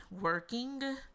Working